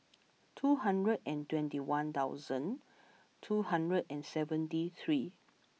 two hundred and twenty one thousand two hundred and seventy three